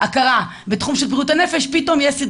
להעביר לשר.